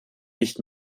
nicht